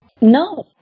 No